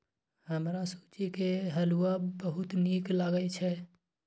हमरा सूजी के हलुआ बहुत नीक लागैए